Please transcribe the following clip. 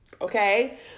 okay